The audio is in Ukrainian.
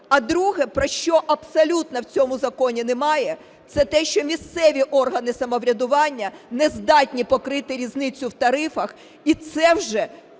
А друге, про що абсолютно в цьому законі немає, - це те, що місцеві органи самоврядування нездатні покрити різницю в тарифах і це вже